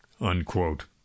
Unquote